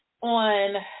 on